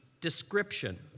description